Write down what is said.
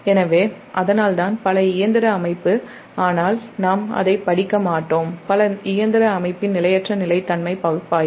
எனவே அதனால்தான் பல இயந்திர அமைப்பு அதைப் படிக்க மாட்டோம் பல இயந்திர அமைப்பின் நிலையற்ற நிலைத்தன்மை பகுப்பாய்வு